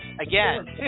again